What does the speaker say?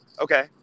Okay